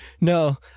No